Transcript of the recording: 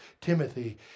Timothy